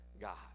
God